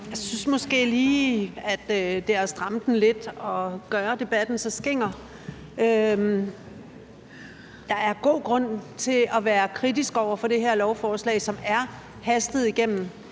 Jeg synes måske lige, det er at stramme den lidt at gøre debatten så skinger. Der er god grund til at være kritisk over for det her lovforslag, som er hastet igennem.